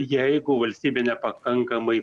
jeigu valstybė nepakankamai